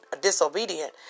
disobedient